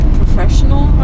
professional